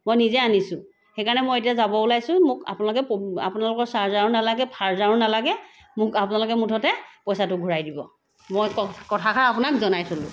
মই নিজে আনিছো সেইকাৰণে মই এতিয়া যাব ওলাইছো মোক আপোনালোকে আপোনালোকৰ চাৰ্জাৰো নালাগে ফাৰ্জাৰো নালাগে মোক আপোনালোকে মুঠতে পইচাটো ঘূৰাই দিব মই ক কথাষাৰ আপোনাক জনাই থলোঁ